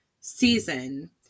season